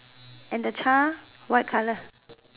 and the child what color